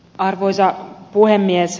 arvoisa puhemies